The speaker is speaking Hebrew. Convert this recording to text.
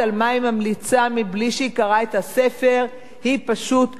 בלי שהיא קראה את הספר.